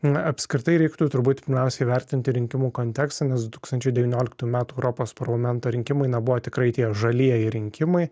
na apskritai reiktų turbūt pirmiausia įvertinti rinkimų kontekstą nes du tūkstančiai devynioliktų metų europos parlamento rinkimai na buvo tikrai tie žalieji rinkimai